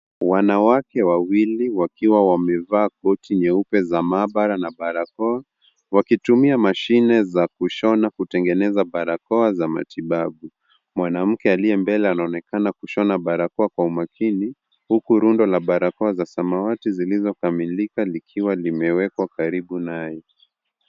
Wanawake wawili wakiwa wamevaa koti nyeupe za mabara na barakoa, wakitumia mashine za kushona kutengeneza barakoa za matibabu. Mwanamke aliye mbele anaonekana kushona barakoa kwa umakini, huku rundo la barakoa za samawati zilizokamilika likiwa limewekwa karibu naye.